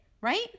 right